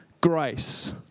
grace